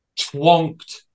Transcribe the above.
twonked